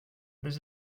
this